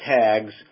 tags